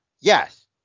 Yes